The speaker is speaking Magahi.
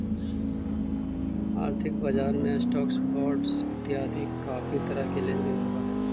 आर्थिक बजार में स्टॉक्स, बॉंडस इतियादी काफी तरह के लेन देन होव हई